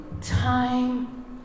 time